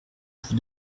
vous